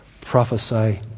prophesy